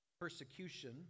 persecution